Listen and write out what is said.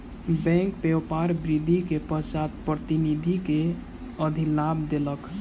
bank व्यापार वृद्धि के पश्चात प्रतिनिधि के अधिलाभ देलक